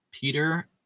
Peter